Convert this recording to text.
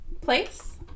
place